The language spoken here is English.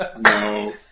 No